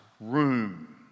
room